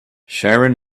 sharon